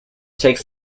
takes